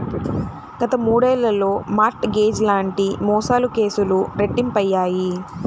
గత మూడేళ్లలో mortgage లాంటి మోసాల కేసులు రెట్టింపయ్యాయి